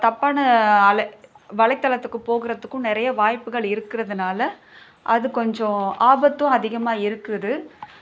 தப்பான அலை வலைத்தளத்துக்குப் போகுறதுக்கும் நிறைய வாய்ப்புகள் இருக்கிறதுனால அது கொஞ்சம் ஆபத்தும் அதிகமாக இருக்குது